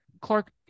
Clark